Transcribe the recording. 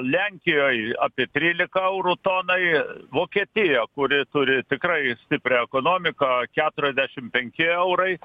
lenkijoj apie trylika eurų tonai vokietija kuri turi tikrai stiprią ekonomiką keturiasdešimt penki eurai